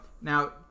Now